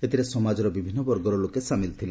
ଏଥିରେ ସମାଜର ବିଭିନ୍ ବର୍ଗର ଲୋକେ ସାମିଲ ଥିଲେ